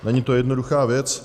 Není to jednoduchá věc.